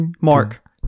Mark